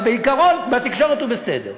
אבל בעיקרון בתקשורת הוא בסדר.